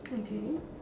okay